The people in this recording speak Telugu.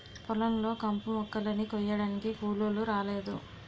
పొలం లో కంపుమొక్కలని కొయ్యడానికి కూలోలు రాలేదు